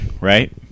right